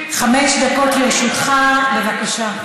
חמש דקות לרשותך, בבקשה.